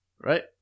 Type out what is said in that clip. Right